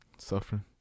Suffering